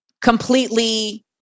completely